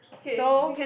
so